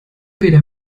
weder